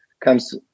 comes